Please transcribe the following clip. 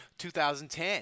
2010